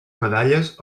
medalles